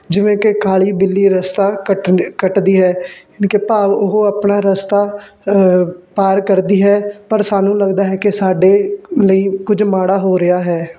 ਜਿਵੇਂ ਕਿ ਕਾਲੀ ਬਿੱਲੀ ਰਸਤਾ ਕੱਟਨਾ ਕੱਟਦੀ ਹੈ ਜਾਣੀ ਕਿ ਭਾਵ ਉਹ ਆਪਣਾ ਰਸਤਾ ਪਾਰ ਕਰਦੀ ਹੈ ਪਰ ਸਾਨੂੰ ਲੱਗਦਾ ਹੈ ਕਿ ਸਾਡੇ ਲਈ ਕੁਝ ਮਾੜਾ ਹੋ ਰਿਹਾ ਹੈ